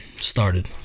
started